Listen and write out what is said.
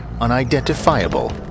unidentifiable